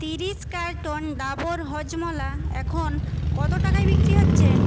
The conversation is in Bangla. ত্রিশ কার্টন ডাবর হজমোলা এখন কত টাকায় বিক্রি হচ্ছে